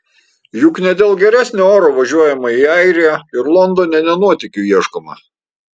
juk ne dėl geresnio oro važiuojama į airiją ir londone ne nuotykių ieškoma